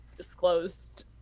disclosed